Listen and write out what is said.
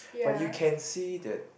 but you can see that